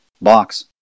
box